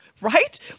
Right